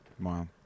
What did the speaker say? Wow